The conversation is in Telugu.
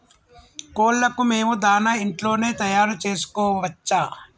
కోళ్లకు మేము దాణా ఇంట్లోనే తయారు చేసుకోవచ్చా?